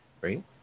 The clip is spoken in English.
right